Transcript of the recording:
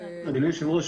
אדוני היושב-ראש,